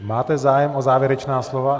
Máte zájem o závěrečná slova?